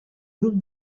grup